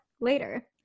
later